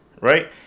right